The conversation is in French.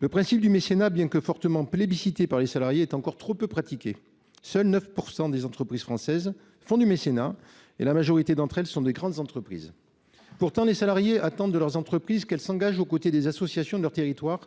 le principe en soit fortement plébiscité par les salariés, le mécénat est encore trop peu pratiqué : seules 9 % des entreprises françaises font du mécénat, et il s’agit en majorité de grandes entreprises. Pourtant, les salariés attendent de leurs entreprises qu’elles s’engagent aux côtés des associations de leur territoire